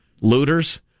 looters